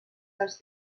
els